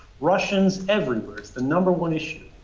russians everywhere. it's the number one issue.